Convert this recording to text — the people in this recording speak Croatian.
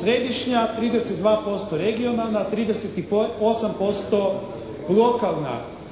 središnja, 32% regionalna, 38% lokalna.